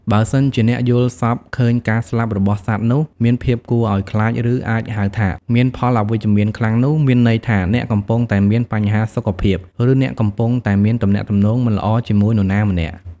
បើសិនជាអ្នកយល់សប្តិឃើញ ការស្លាប់របស់សត្វនោះ មានភាពគួរឲ្យខ្លាចឬអាចហៅថា មានផលអវិជ្ជមានខ្លាំងនោះ មានន័យថាអ្នកកំពុងតែមាន បញ្ហាសុខភាព ឬអ្នកកំពុងតែមានទំនាក់ទំនង មិនល្អជាមួយនរណាម្នាក់។